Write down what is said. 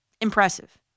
Impressive